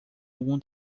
algum